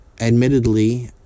admittedly